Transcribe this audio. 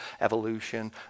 evolution